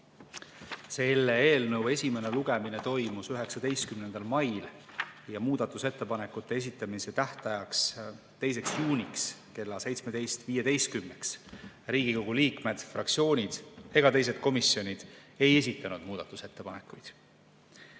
Selle eelnõu esimene lugemine toimus 19. mail ja muudatusettepanekute esitamise tähtajaks, 2. juuniks kella 17.15 Riigikogu liikmed, fraktsioonid ega teised komisjonid muudatusettepanekuid